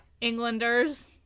Englanders